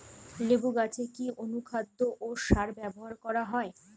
লেবু গাছে কি অনুখাদ্য ও সার ব্যবহার করা হয়?